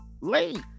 late